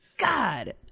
God